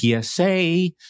PSA